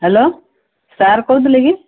hello sir କହୁଥିଲେ କି